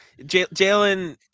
Jalen